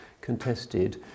contested